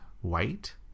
white